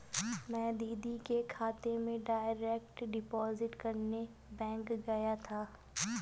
मैं दीदी के खाते में डायरेक्ट डिपॉजिट करने बैंक गया था